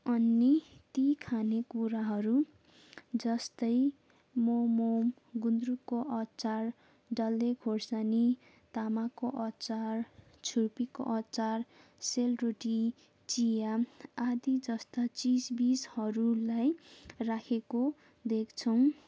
अनि ती खाने कुराहरू जस्तै मम गुन्द्रुकको अचार डल्ले खुर्सानी तामाको अचार छुर्पीको अचार सेलरोटी चिया आदि जस्ता चिजबिजहरूलाई राखेको देख्छौँ